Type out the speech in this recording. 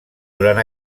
durant